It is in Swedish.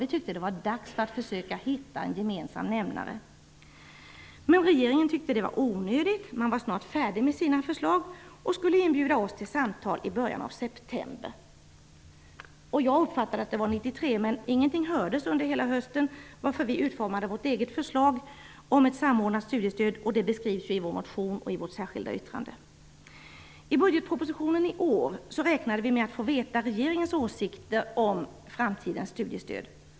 Vi tyckte att det var dags att försöka hitta en gemensam nämnare. Regeringen tyckte dock att detta var onödigt. Man var snart färdig med sina förslag och skulle inbjuda oss till samtal i början av september. Jag uppfattade att det gällde 1993, men ingenting hördes under hela hösten, varför vi utformade vårt eget förslag om ett samordnat studiestöd. Det beskrivs i vår motion och i vårt särskilda yttrande. I budgetpropositionen i år räknade vi med att få veta regeringens åsikter om framtidens studiestöd.